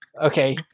Okay